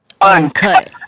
Uncut